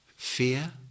Fear